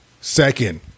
Second